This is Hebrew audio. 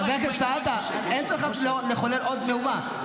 חבר הכנסת סעדה, אין צורך לחולל עוד מהומה.